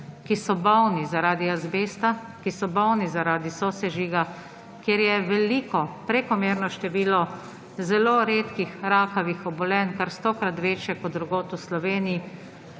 ki so bolni zaradi azbesta, ki so bolni zaradi sosežiga, ker je veliko, prekomerno število zelo redkih rakavih obolenj, kar stokrat večje kot drugod v Sloveniji,